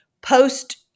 post